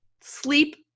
sleep